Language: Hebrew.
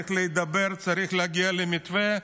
צריך להידבר, צריך להגיע למתווה.